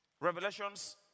Revelations